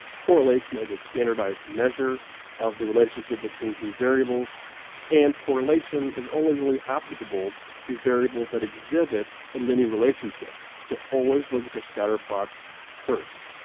correlation is a standardized measure of the relationship between two variables and correlation is only really applicable to variables that exhibit a linear relationship. so always look at your scatterplots first.